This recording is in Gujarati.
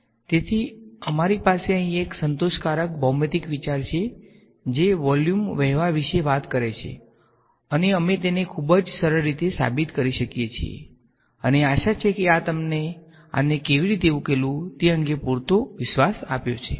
તેથી અમારી પાસે અહીં એક સંતોષકારક ભૌમિતિક વિચાર છે જે વોલ્યુમ વહેવા વિશે વાત કરે છે અને અમે તેને ખૂબ જ સરળ રીતે સાબિત કરી શકીએ છીએ અને આશા છે કે આ તમને આને કેવી રીતે ઉકેલવું તે અંગે પૂરતો વિશ્વાસ આપ્યો છે